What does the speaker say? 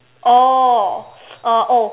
oh uh oh